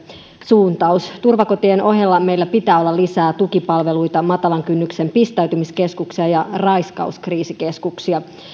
suuntaus turvakotien ohella meillä pitää olla lisää tukipalveluita matalan kynnyksen pistäytymiskeskuksia ja raiskauskriisikeskuksia